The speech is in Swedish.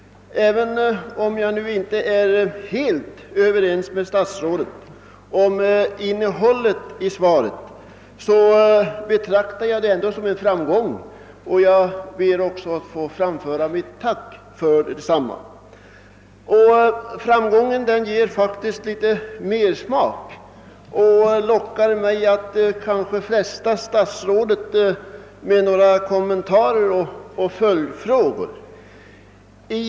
Även om jag inte är helt nöjd med innehållet i svaret, så betraktar jag det ändå som en framgång att jag fått ett svar, och jag ber att få framföra mitt tack. Framgången ger faktiskt också litet mersmak och lockar mig att fresta statsrådet med några kommentarer och följdfrågor.